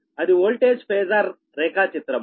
అది voltage phasor రేఖా చిత్రము